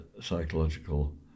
psychological